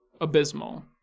abysmal